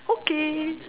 okay